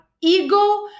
ego